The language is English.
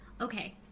okay